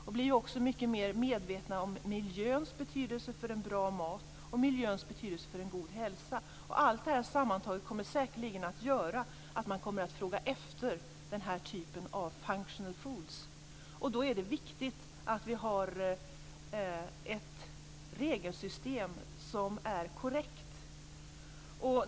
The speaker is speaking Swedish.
Man blir också mycket mer medvetna om miljöns betydelse för bra mat och god hälsa. Allt detta sammantaget kommer säkerligen att göra att man kommer att fråga efter den här typen av functional foods. Då är det viktigt att vi har ett regelsystem som är korrekt.